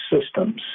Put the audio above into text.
systems